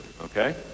okay